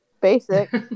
basic